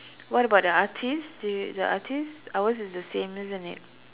what about the artist they the artist ours is the same isn't it